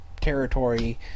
territory